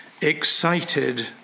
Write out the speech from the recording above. Excited